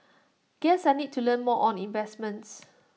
guess I need to learn more on investments